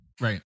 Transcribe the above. Right